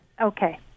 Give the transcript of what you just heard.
Okay